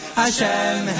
Hashem